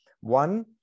One